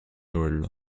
noël